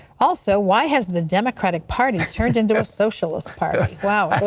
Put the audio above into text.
also, why has the democratic party turned into a socialist party? wow,